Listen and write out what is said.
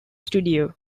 studio